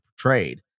portrayed